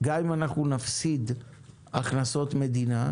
גם אם נפסיד הכנסות מדינה,